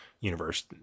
universe